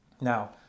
Now